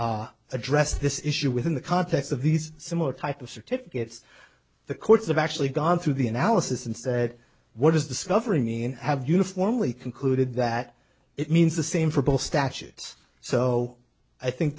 have addressed this issue within the context of these similar type of certificates the courts have actually gone through the analysis and said what does discovery mean have uniformly concluded that it means the same for both statutes so i think